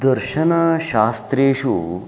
दर्शनशास्त्रेषु